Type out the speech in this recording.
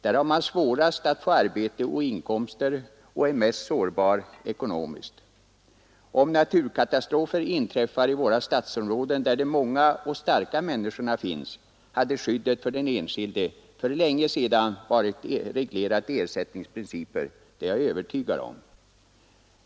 Där har man Torsdagen den svårast få arbete och inkomst och är mest sårbar ekonomiskt. Om 30 maj 1974 starka människorna finns, hade skyddet för den enskilde för länge sedan varit reglerat efter ersättningsprinciper, det är jag övertygad om.